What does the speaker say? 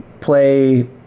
play